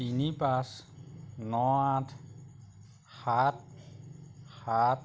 তিনি পাঁচ ন আঠ সাত সাত